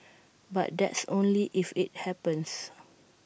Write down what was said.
but that's only if IT happens